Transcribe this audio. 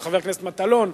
של חבר הכנסת מטלון,